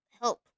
help